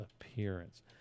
appearance